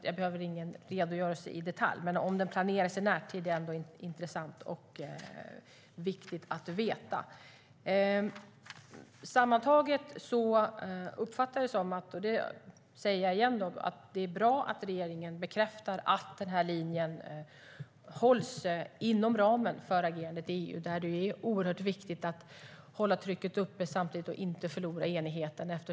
Jag behöver ingen redogörelse i detalj, men det är intressant och viktigt att veta om en resa planeras i närtid. Jag säger det igen. Det är bra att regeringen bekräftar att den här linjen hålls inom ramen för agerandet i EU, där det är oerhört viktigt att hålla trycket uppe och att inte förlora enigheten.